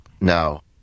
now